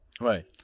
right